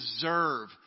deserve